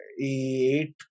Eight